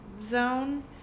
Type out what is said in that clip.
zone